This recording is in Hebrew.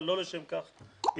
אבל לא לשם כך התכנסנו.